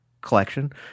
collection